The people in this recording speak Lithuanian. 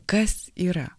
kas yra